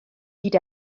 hyd